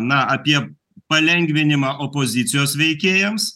na apie palengvinimą opozicijos veikėjams